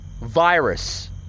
virus